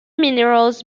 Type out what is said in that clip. minerals